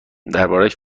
دربارش